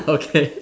okay